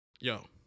Yo